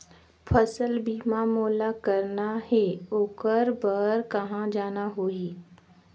फसल बीमा मोला करना हे ओकर बार कहा जाना होही?